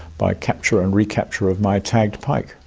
by capture and recapture of my tagged pike.